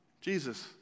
Jesus